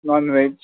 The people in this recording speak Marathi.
नॉनव्हेज